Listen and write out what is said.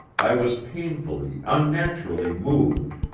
i was painfully, unnaturally moved,